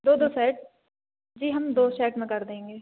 दो दो सेट जी हम दो सेट में कर देंगे